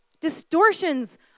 Distortions